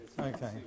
Okay